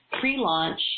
pre-launch